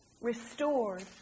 restored